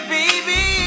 baby